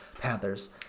Panthers